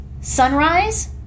Sunrise